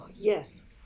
yes